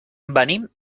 venim